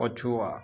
ପଛୁଆ